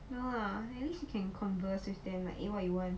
no lah maybe she can converse with them like eh what you want